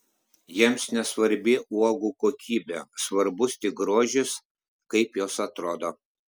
jiems nesvarbi uogų kokybė svarbus tik grožis kaip jos atrodo